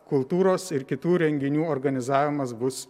kultūros ir kitų renginių organizavimas bus